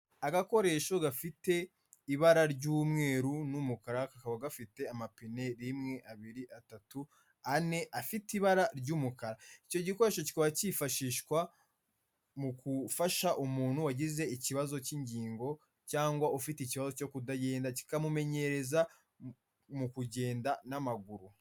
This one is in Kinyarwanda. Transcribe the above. Agakoresho gafite ibara ry'umweru n'umukara, kakaba gafite amapine rimwe, abiri, atatu, ane, afite ibara ry'umukara, icyo gikoresho kikaba cyifashishwa mu gufasha umuntu wagize ikibazo cy'ingingo cyangwa ufite ikibazo cyo kutagenda, kikamumenyereza mu kugenda n'amaguru.